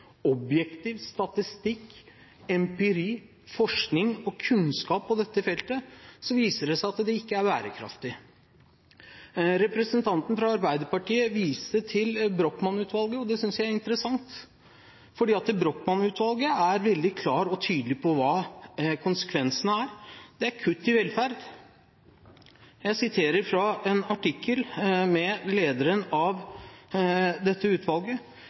objektiv statistikk, empiri, forskning og kunnskap på dette feltet, viser det seg at det ikke er bærekraftig. Representanten fra Arbeiderpartiet viste til Brochmann-utvalget, og det synes jeg er interessant, for Brochmann-utvalget er veldig klare og tydelige på hva konsekvensene er. Det er kutt i velferd. Jeg siterer fra en artikkel om utvalgets rapport: «Hvis en stor del av